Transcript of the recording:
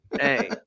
Hey